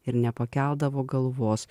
ir nepakeldavo galvos